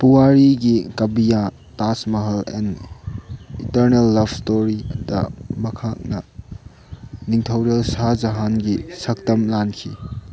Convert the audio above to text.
ꯄꯨꯋꯥꯔꯤꯒꯤ ꯀꯕꯤꯌꯥ Taj Mahal an eternal love ꯏꯁꯇꯣꯔꯤꯗ ꯃꯍꯥꯛꯅ ꯅꯤꯡꯊꯧꯔꯦꯜ ꯁꯥꯍꯥ ꯖꯍꯥꯟꯒꯤ ꯁꯛꯇꯝ ꯂꯥꯡꯈꯤ